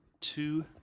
two